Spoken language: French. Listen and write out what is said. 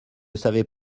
savait